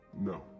No